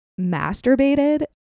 masturbated